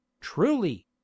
truly